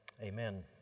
amen